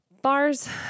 Bars